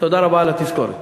תודה רבה על התזכורת.